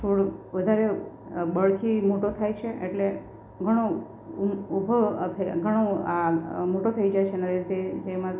છોડ વધારે બળથી મોટો થાય છે એટલે ઘણો ઉભો ઘણો આ મોટો થઈ જાય છે એના લીધે જેમાં